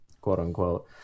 quote-unquote